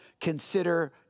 consider